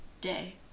day